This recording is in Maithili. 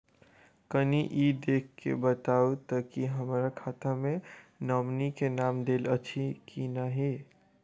कनि ई देख कऽ बताऊ तऽ की हमरा खाता मे नॉमनी केँ नाम देल अछि की नहि?